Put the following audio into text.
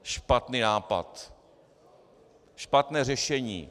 Špatný nápad, špatné řešení.